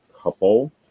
couple